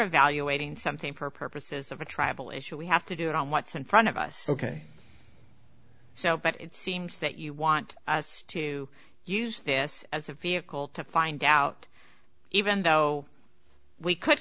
evaluating something for purposes of a tribal issue we have to do it on what's in front of us ok so but it seems that you want us to use this as a vehicle to find out even though we could